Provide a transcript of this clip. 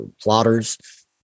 plotters